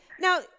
Now